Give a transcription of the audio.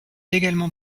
également